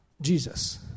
Jesus